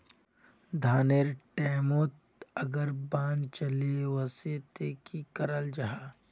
धानेर टैमोत अगर बान चले वसे ते की कराल जहा?